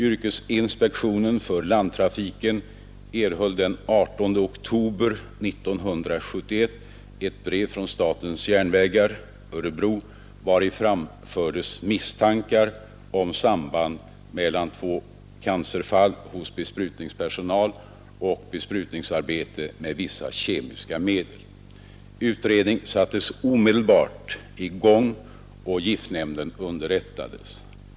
Yrkesinspektionen för landtrafiken erhöll den 18 oktober 1971 ett brev från statens järnvägar i Örebro, vari framfördes misstankar om samband mellan två cancerfall hos besprutningspersonal och besprutningsarbete med vissa kemiska medel. Utredning sattes omedelbart i gång, och giftnämnden underrättades.